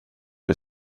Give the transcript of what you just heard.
det